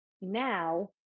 now